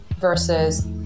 versus